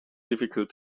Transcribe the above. difficult